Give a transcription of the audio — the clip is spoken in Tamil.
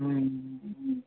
ம் ம் ம் ம் ம்